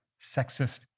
sexist